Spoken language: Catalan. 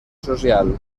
social